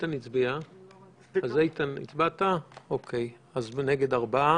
הצבעה בעד, 3 נגד, 4